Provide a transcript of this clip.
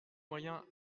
moyens